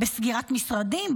בסוגיית המשרדים,